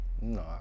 No